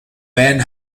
ben